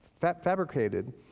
fabricated